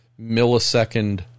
millisecond